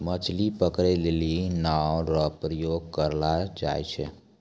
मछली पकड़ै लेली नांव रो प्रयोग करलो जाय छै